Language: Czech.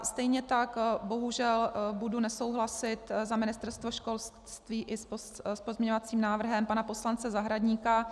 Stejně tak bohužel budu nesouhlasit za Ministerstvo školství i s pozměňovacím návrhem pana poslance Zahradníka.